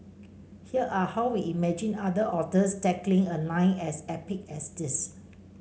here are how we imagined other authors tackling a line as epic as this